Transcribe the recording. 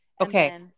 Okay